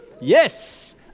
Yes